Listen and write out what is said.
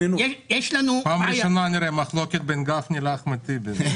פעם ראשונה אני רואה מחלוקת בין גפני לאחמד טיבי.